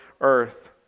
earth